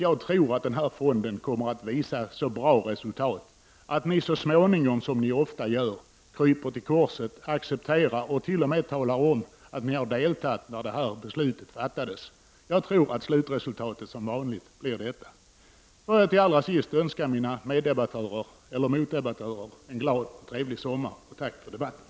Jag tror att den här fonden kommer att visa så bra resultat att de borgerliga så småningom, som så ofta, kryper till korset och accepterar och t.o.m. talar om att ni deltog när detta beslut fattades. Jag tror att slutresultatet som vanligt blir detta. Jag vill till sist önska mina meddebattörer, eller motdebattörer, en glad och trevlig sommar och tacka för debatten.